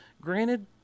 granted